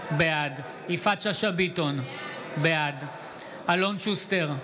בעד יפעת שאשא ביטון, בעד אלון שוסטר,